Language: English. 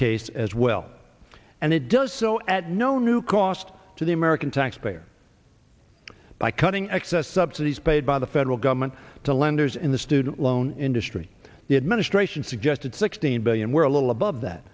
case as well and it does so at no new cost to the american taxpayer by cutting excess subsidies paid by the federal government to lenders in the student loan industry the administration suggested sixteen billion were a little above that